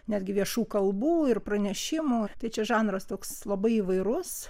netgi viešų kalbų ir pranešimų šis žanras toks labai įvairus